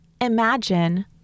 imagine